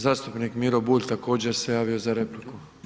Zastupnik Miro Bulj, također se javio za repliku.